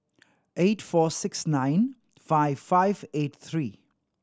eight four six nine five five eight three